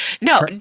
no